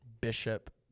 Bishop